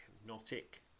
hypnotic